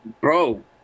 bro